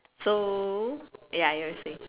so ya you were saying